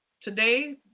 Today